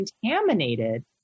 contaminated